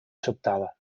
sobtada